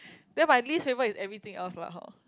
then my least favorite is everything else about her